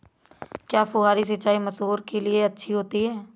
क्या फुहारी सिंचाई मसूर के लिए अच्छी होती है?